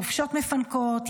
חופשות מפנקות,